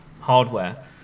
hardware